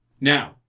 Now